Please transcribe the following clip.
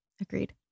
Agreed